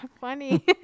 funny